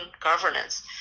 governance